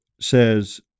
says